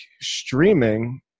streaming